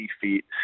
feet